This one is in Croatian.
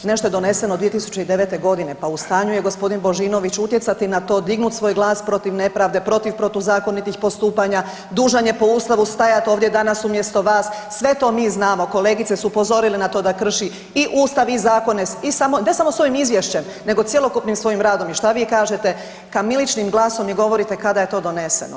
Nešto je doneseno 2009. g., pa u stanju je g. Božinović utjecati na to, dignuti svoj glas protiv nepravde, protiv protuzakonitih postupanja, dužan je po Ustavu stajati ovdje danas umjesto vas, sve to mi znamo, kolegice su upozorile na to da krši i Ustav i zakone, i samo, ne samo s ovim Izvješćem nego cjelokupnim svojim radom i šta vi kažete, kamiličnim glasom mi govorite kada je to doneseno.